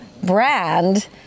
Brand